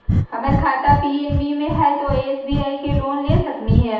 हमर खाता पी.एन.बी मे हय, तो एस.बी.आई से लोन ले सकलिए?